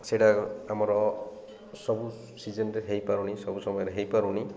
ସେଇଟା ଆମର ସବୁ ସିଜେନ୍ରେ ହେଇପାରୁନି ସବୁ ସମୟରେ ହେଇପାରୁନି